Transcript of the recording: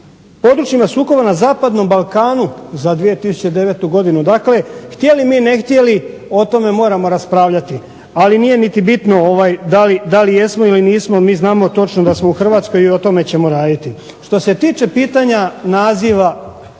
područjima sukoba na Zapadnom Balkanu za 2009. godinu. Dakle, htjeli mi ne htjeli o tome moramo raspravljati. Ali nije niti bitno da li jesmo ili nismo. Mi znamo točno da smo u Hrvatskoj i o tome ćemo raditi. Što se tiče pitanja naziva,